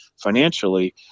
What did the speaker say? financially